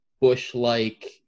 Bush-like